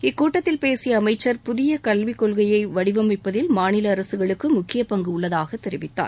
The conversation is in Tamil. இக்கூட்டத்தில் பேசிய அமைச்சர் புதிய கல்விக் கொள்கையை வடிவமைப்பதில் மாநில அரசுகளுக்கு முக்கிய பங்கு உள்ளதாக தெரிவித்தார்